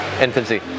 infancy